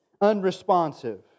unresponsive